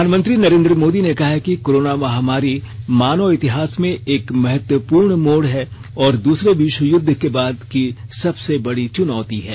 प्रधानमंत्री नरेंद्र मोदी ने कहा है कि कोरोना महामारी मानव इतिहास में एक महत्वपूर्ण मोड़ है और दूसरे विश्व युद्ध के बाद की सबसे बड़ी चुनौती है